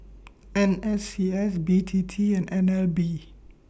N S C S B T T and N L B